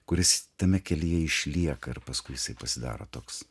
kuris tame kelyje išlieka ir paskui jisai pasidaro toks